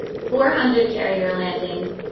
four hundred carrier landings,